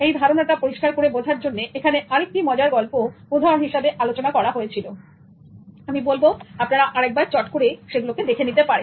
এই ধারণাটা পরিষ্কার করে বোঝার জন্য এখানে আরেকটি মজার গল্প উদাহরণ হিসেবে আলোচনা করা হয়েছিল আমি বলব আপনারা আর একবার চট করে দেখে নিতে পারেন